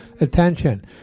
attention